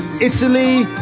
italy